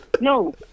no